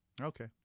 Okay